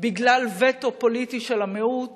בגלל וטו פוליטי של המיעוט